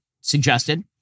suggested